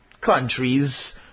countries